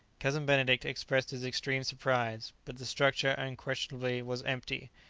cousin benedict expressed his extreme surprise. but the structure unquestionably was empty,